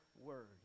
word